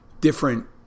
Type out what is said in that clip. different